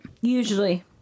Usually